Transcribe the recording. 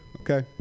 Okay